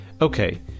Okay